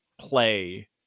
play